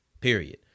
period